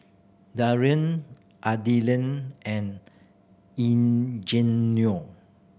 Darien Adilene and Eugenio